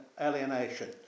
alienation